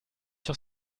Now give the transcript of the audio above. sur